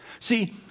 See